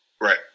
right